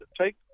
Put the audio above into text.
take